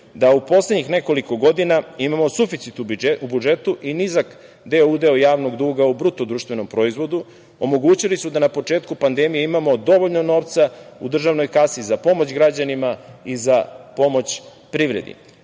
da u poslednjih nekoliko godina imamo suficit u budžetu i nizak deo udela javnog duga u BDP, omogućili su da na početku pandemije imamo dovoljno novca u državnoj kasi za pomoć građanima i za pomoć privredi.